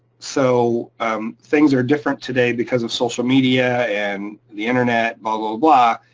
so things are different today because of social media and the internet, blah, blah, blah.